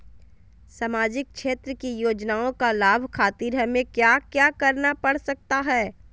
सामाजिक क्षेत्र की योजनाओं का लाभ खातिर हमें क्या क्या करना पड़ सकता है?